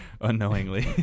unknowingly